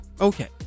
Okay